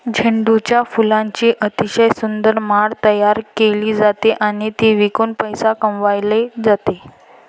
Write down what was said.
झेंडूच्या फुलांची अतिशय सुंदर माळ तयार केली जाते आणि ती विकून पैसे कमावले जातात